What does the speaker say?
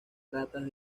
ratas